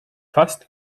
fast